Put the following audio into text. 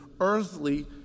earthly